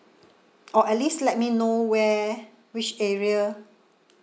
or at least let me know where which area